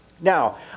Now